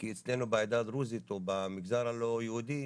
כי אצלנו בעדה הדרוזית או במגזר הלא יהודי,